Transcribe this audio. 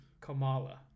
Kamala